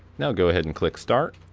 now go ahead and click start.